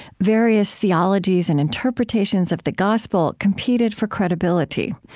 various theologies and interpretations of the gospel competed for credibility.